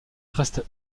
reste